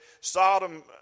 Sodom